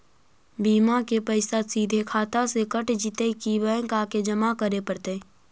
बिमा के पैसा सिधे खाता से कट जितै कि बैंक आके जमा करे पड़तै?